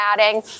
adding